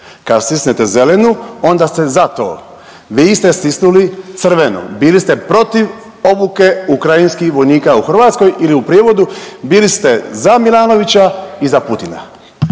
kad stisnete zelenu onda ste za to, vi ste stisnuli crvenu, bili ste protiv obuke ukrajinskih vojnika u Hrvatskoj ili u prijevodu bili ste za Milanovića i za Putina.